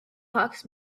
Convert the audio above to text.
hawks